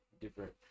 different